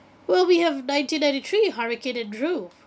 well we have nineteen ninety three hurricane andrew